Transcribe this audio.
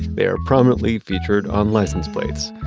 they are prominently featured on license plates.